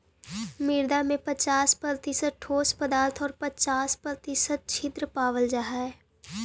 मृदा में पच्चास प्रतिशत ठोस पदार्थ आउ पच्चास प्रतिशत छिद्र पावल जा हइ